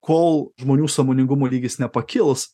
kol žmonių sąmoningumo lygis nepakils